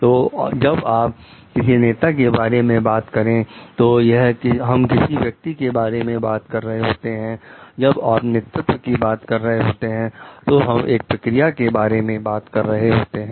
तो जब आप किसी नेता के बारे में बात करें तो हम किसी व्यक्ति के बारे में बात कर रहे होते हैं जब आप नेतृत्व की बात कर रहे होते हैं तो हम एक प्रक्रिया के बारे में बात कर रहे होते हैं